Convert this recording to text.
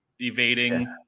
evading